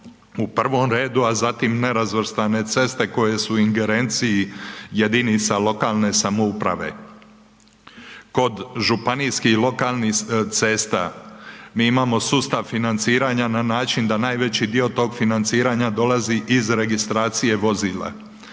u prvom redu, a zatim nerazvrstane ceste koje su u ingerenciji jedinica lokalne samouprave. Kod županijskih i lokalnih cesta mi imamo sustav financiranja na način da najveći dio tog financiranja dolazi iz registracije vozila.